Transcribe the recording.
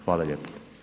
Hvala lijepa.